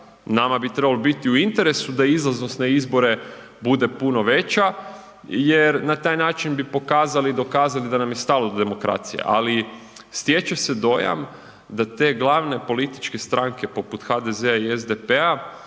nama bi trebalo biti u interesu da izlaznost na izbore bude puno veća jer na taj način bi pokazali i dokazali da nam je stalo do demokracije ali stječe se dojam da te glavne političke stranke poput HDZ-a i SDP-a